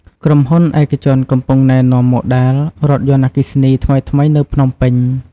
ក្រុមហ៊ុនឯកជនកំពុងណែនាំម៉ូដែល រថយន្តអគ្គីសនី ថ្មីៗនៅភ្នំពេញ។